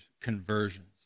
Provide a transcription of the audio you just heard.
conversions